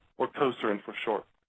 or cocern for short.